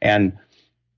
and